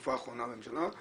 בתקופה האחרונה בממשלה,